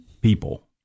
people